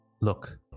Look